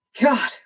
God